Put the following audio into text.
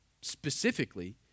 specifically